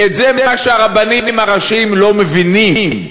זה מה שהרבנים הראשיים לא מבינים.